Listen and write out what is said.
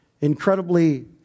incredibly